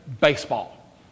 baseball